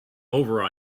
over